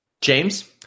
James